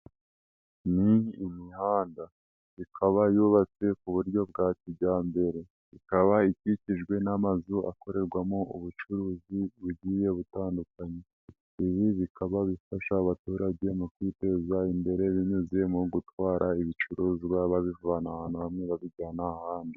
Ni imihanda, ikaba yubatse kuburyo bwa kijyambere, ikaba i ikikijwe n'amazu akorerwamo ubucuruzi bugiye butandukanye, ibi bikaba bifasha abaturage mu kwiteza imbere binyuze mu gutwara ibicuruzwa babivana ahantu hamwe babijyana ahandi.